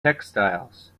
textiles